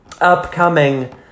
upcoming